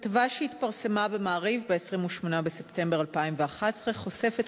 כתבה שהתפרסמה ב"מעריב" ב-28 בספטמבר 2011 חושפת